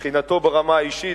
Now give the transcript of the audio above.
מבחינתנו ברמה האישית,